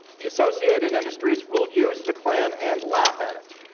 the associated industries will use the klan and laugh at it.